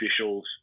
officials